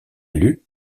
lut